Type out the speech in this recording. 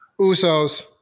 Usos